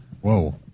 Whoa